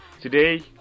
Today